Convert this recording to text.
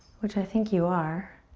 which i think you are,